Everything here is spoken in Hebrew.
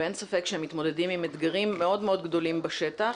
ואין ספק שהם מתמודדים עם אתגרים מאוד מאוד גדולים בשטח,